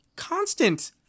constant